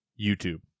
YouTube